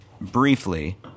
briefly